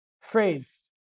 phrase